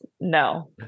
No